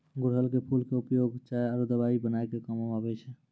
गुड़हल के फूल के उपयोग चाय आरो दवाई बनाय के कामों म आबै छै